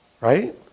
right